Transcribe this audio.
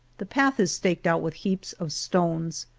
the path is staked out with heaps of stones,